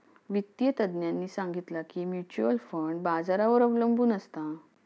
वित्तिय तज्ञांनी सांगितला की म्युच्युअल फंड बाजारावर अबलंबून असता